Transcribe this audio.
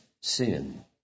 sin